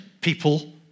people